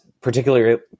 particularly